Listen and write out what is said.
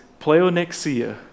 pleonexia